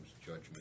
judgment